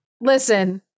listen